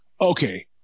okay